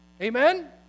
Amen